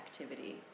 activity